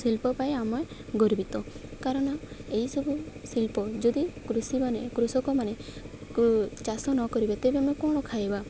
ଶିଳ୍ପ ପାଇଁ ଆମେ ଗର୍ବିତ କାରଣ ଏହିସବୁ ଶିଳ୍ପ ଯଦି କୃଷିମାନେ କୃଷକମାନେ ଚାଷ ନ କରିବେ ତେବେ ଆମେ କ'ଣ ଖାଇବା